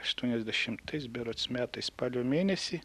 aštuoniasdešimtais berods metais spalio mėnesį